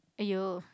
aiyo